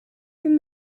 from